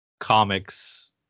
comics